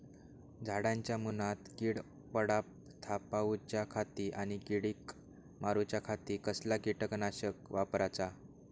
झाडांच्या मूनात कीड पडाप थामाउच्या खाती आणि किडीक मारूच्याखाती कसला किटकनाशक वापराचा?